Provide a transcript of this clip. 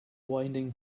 winding